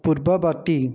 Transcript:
ପୂର୍ବବର୍ତ୍ତୀ